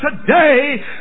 today